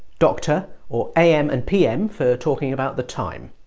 doctor, or am and pm for talking about the time.